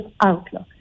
outlook